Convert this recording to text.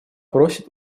просит